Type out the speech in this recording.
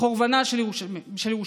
בחורבנה של ירושלים.